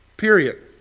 period